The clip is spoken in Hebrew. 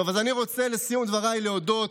טוב, לסיום דברי אני רוצה להודות,